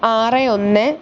ആറ് ഒന്ന്